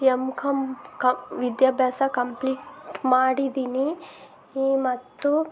M com ಕ ವಿದ್ಯಾಭ್ಯಾಸ complete ಮಾಡಿದ್ದೀನಿ ಈ ಮತ್ತು